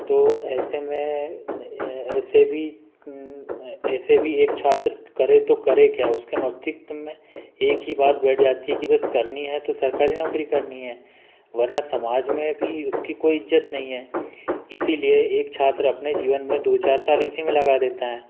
तो ऐसे में ऐसे भी ऐसे भी एक छात्र करे तो करे क्या उसने मस्तिष्क में एक ही बात बैठ जाती है कि बस करनी है तो सरकारी नौकरी करनी है वरना समाज में भी उसकी कोई इज्जत नहीं है इसीलिए एक छात्र अपने जीवन में दो चार साल इसी में लगा देता है